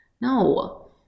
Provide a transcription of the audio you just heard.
no